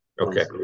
Okay